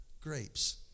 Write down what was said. grapes